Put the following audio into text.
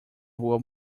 rua